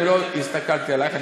אני לא הסתכלתי עלייך,